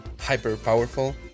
hyper-powerful